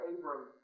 Abram